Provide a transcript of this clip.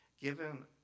given